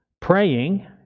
praying